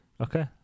Okay